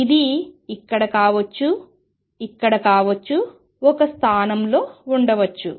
ఇది ఇక్కడ కావచ్చు ఇక్కడ కావచ్చు ఒక స్థానంలో ఉండవచ్చు